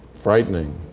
frightening,